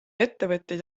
ettevõtjad